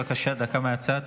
בבקשה, דקה מהצד.